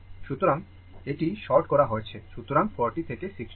সুতরাং এটি শর্ট করা হয়েছে সুতরাং 40 থেকে 60 সমান্তরাল